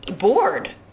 bored